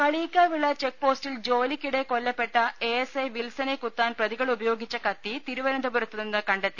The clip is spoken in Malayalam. കളിയിക്കാവിള ചെക്പോസ്റ്റിൽ ജോലിയ്ക്കിടെ കൊല്ലപ്പെട്ട എഎസ്ഐ വിൽസണെ കുത്താൻ പ്രതികൾ ഉപയോഗിച്ച കത്തി തിരുവനന്തപുരത്ത് നിന്ന് കണ്ടെത്തി